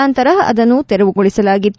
ನಂತರ ಅದನ್ನು ತೆರವುಗೊಳಿಸಲಾಗಿತ್ತು